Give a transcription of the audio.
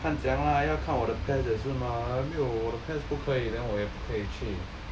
看怎样啦要看我的 PES 也是嘛没有我的 PES 不可以 then 我也不可以去